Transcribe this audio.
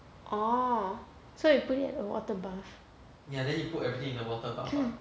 oh so you put it at the water bath